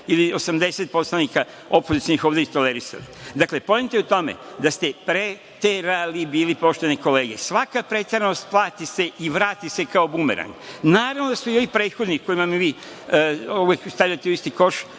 ili 80 poslanika opozicionih ovde tolerisali? Dakle, poenta je u tome da ste preterali bili, poštovane kolege. Svaka preteranost se plati i vrati kao bumerang. Naravno da su i ovi prethodni, sa kojima me vi uvek stavljate u isti koš,